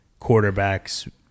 quarterbacks